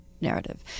narrative